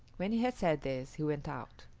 when he had said this he went out.